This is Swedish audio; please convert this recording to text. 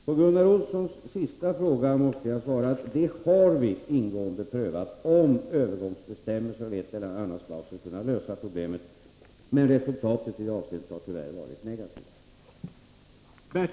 På Gunnar Olssons sista fråga måste jag svara att vi har ingående prövat om Övergångsbestämmelser av ett eller annat slag skulle kunna lösa problemen. Men resultatet i det avseendet har tyvärr varit negativt.